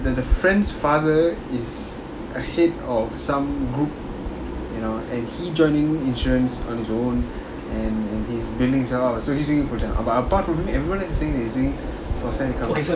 that the friend's father is a head of some group you know and he joining insurance on his own and and he's buildings himself up so he's doing it for that but apart from him everyone else is saying that he's doing for side income